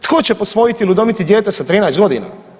Tko će posvojiti ili udomiti dijete sa 13 godina?